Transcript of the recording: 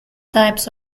types